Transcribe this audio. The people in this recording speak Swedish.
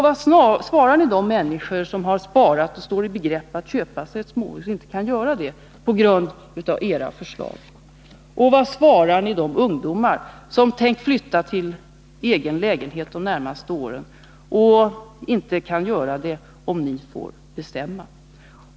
Vad svarar ni de människor som har sparat och står i begrepp att köpa ett småhus och inte kan göra det på grund av era förslag? Vad svarar ni de ungdomar som tänkt flytta till egen lägenhet de närmaste åren och inte kan göra det om ni får bestämma?